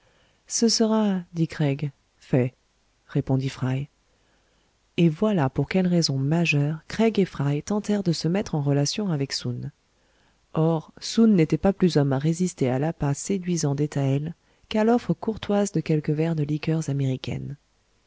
ce sera dit craig fait répondit fry et voilà pour quelles raisons majeures craig et fry tentèrent de se mettre en relation avec soun or soun n'était pas plus homme à résister à l'appât séduisant des taëls qu'à l'offre courtoise de quelques verres de liqueurs américaines